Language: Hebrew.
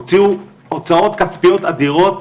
הוציאו הוצאות כספיות אדירות,